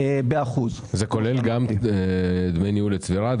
זה כולל גם דמי ניהול לצבירה,